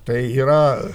tai yra